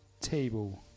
table